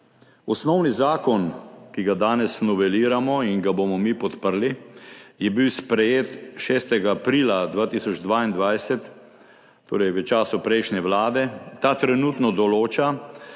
Osnovni zakon, ki ga danes noveliramo in ga bomo mi podprli, je bil sprejet 6. aprila 2022, torej v času prejšnje vlade. Ta trenutno določa,